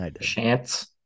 Chance